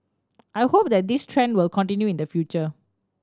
I hope that this trend will continue in the future